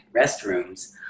restrooms